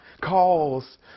calls